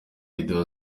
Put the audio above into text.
video